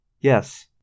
Yes